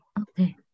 Okay